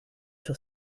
sur